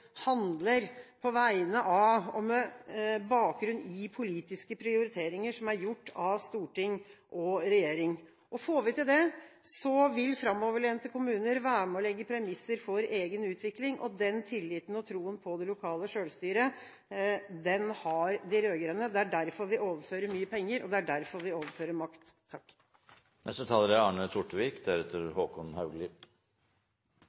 handler på vegne av og med bakgrunn i politiske prioriteringer som er gjort av storting og regjering. Får vi til det, vil framoverlente kommuner være med og legge premisser for egen utvikling, og den tilliten og troen på det lokale selvstyret har de rød-grønne. Det er derfor vi overfører mye penger, og det er derfor vi overfører makt. Også i årets debatt om kommende budsjett for kommunesektoren vil jeg sette fokus på fylkesveiene. Det er